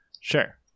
Sure